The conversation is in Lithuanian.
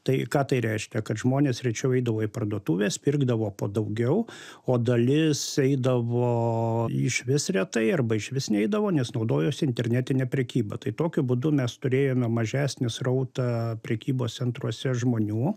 tai ką tai reiškia kad žmonės rečiau eidavo į parduotuves pirkdavo po daugiau o dalis eidavo išvis retai arba išvis neidavo nes naudojosi internetine prekyba tai tokiu būdu mes turėjome mažesnį srautą prekybos centruose žmonių